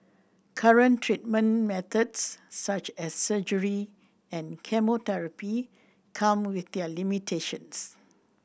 current treatment methods such as surgery and chemotherapy come with their limitations